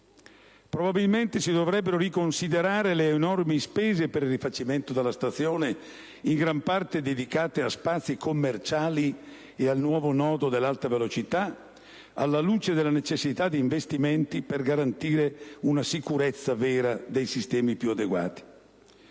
Probabilmente si dovrebbero riconsiderare le enormi spese per il rifacimento della stazione, in gran parte dedicate a spazi commerciali e al nuovo nodo dell'alta velocità, alla luce della necessità di più adeguati investimenti per garantire una reale sicurezza di sistema.